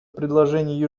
предложение